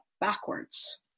backwards